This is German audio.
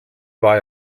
war